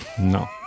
No